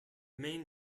main